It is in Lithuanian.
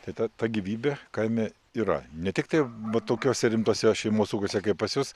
tai ta ta gyvybė kame yra ne tiktai va tokiose rimtose šeimos ūkiuose kaip pas jus